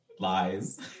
lies